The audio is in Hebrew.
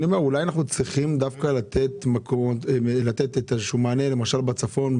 אני אומר אולי אנחנו צריכים דווקא לתת איזשהו מענה למשל בצפון,